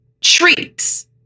treats